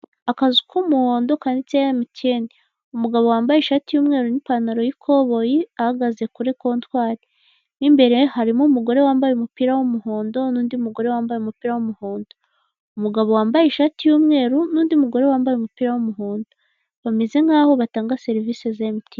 Akazu k'umuhondo kanditseho emutiyeni umugabo wambaye ishati y'umweru n'ipantaro y'ikoboyi ahagaze kuri kontwari. Mo imbere harimo umugore wambaye umupira w'umuhondo, umugabo wambaye ishati y'umweru n'undi mugore wambaye umupira w'umuhondo. Bameze nkaho batanga serivise za emutiyeni.